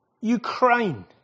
Ukraine